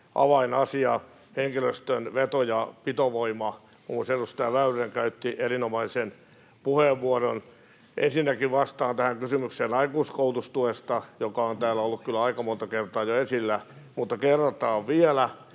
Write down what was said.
avainasia, henkilöstön veto- ja pitovoima. Muun muassa edustaja Väyrynen käytti erinomaisen puheenvuoron. Ensinnäkin vastaan tähän kysymykseen aikuiskoulutustuesta, joka on täällä ollut kyllä aika monta kertaa jo esillä, mutta kerrataan vielä.